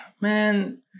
man